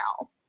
now